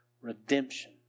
Redemption